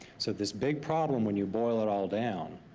so this big problem, when you boil it all down,